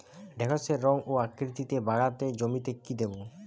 ঢেঁড়সের রং ও আকৃতিতে বাড়াতে জমিতে কি দেবো?